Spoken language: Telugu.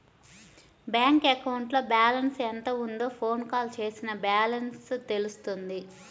బ్యాంక్ అకౌంట్లో బ్యాలెన్స్ ఎంత ఉందో ఫోన్ కాల్ చేసినా బ్యాలెన్స్ తెలుస్తుంది